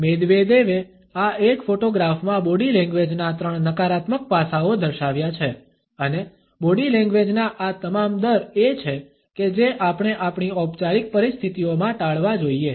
મેદવેદેવએ આ એક ફોટોગ્રાફમાં બોડી લેંગ્વેજના ત્રણ નકારાત્મક પાસાઓ દર્શાવ્યા છે અને બોડી લેંગ્વેજના આ તમામ દર એ છે કે જે આપણે આપણી ઔપચારિક પરિસ્થિતિઓમાં ટાળવા જોઈએ